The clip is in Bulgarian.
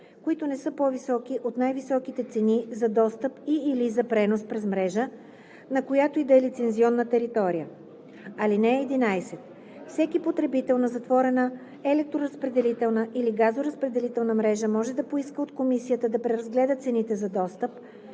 които не са по-високи от най-високите цени за достъп и/или за пренос през мрежа, на която и да е лицензионна територия. (11) Всеки потребител на затворена електроразпределителна или газоразпределителна мрежа може да поиска от комисията да преразгледа цените за достъп